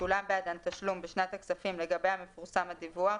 ששולם בעדן בשנת הכספים לגביה מפורסם הדיווח,